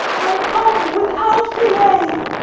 i come without delay.